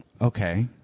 okay